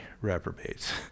reprobates